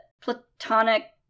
platonic